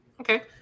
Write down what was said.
Okay